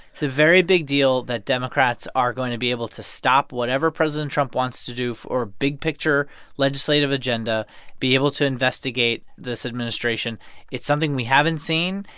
very big deal that democrats are going to be able to stop whatever president trump wants to do or big picture legislative agenda be able to investigate this administration. it's something we haven't seen,